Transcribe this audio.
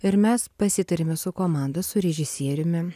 ir mes pasitarėme su komanda su režisieriumi